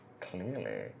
Clearly